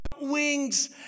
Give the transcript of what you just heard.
wings